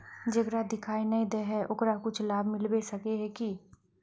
जेकरा दिखाय नय दे है ओकरा कुछ लाभ मिलबे सके है की?